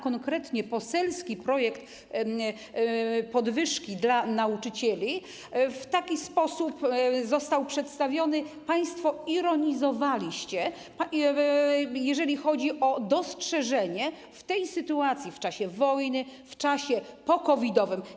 Konkretnie poselski projekt podwyżki dla nauczycieli w taki sposób został przedstawiony: państwo ironizowaliście, jeżeli chodzi o dostrzeżenie tego w tej sytuacji, w czasie wojny, w czasie po-COVID-owym.